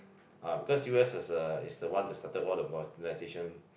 ah because U_S is the is the one that started all the modernization